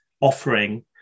offering